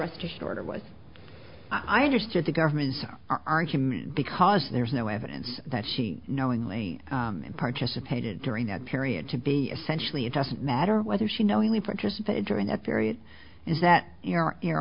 restoration order was i understood the government's argument because there's no evidence that she knowingly and participated during that period to be essentially it doesn't matter whether she knowingly participated during that period is that your